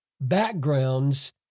backgrounds